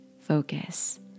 focus